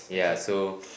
yeah so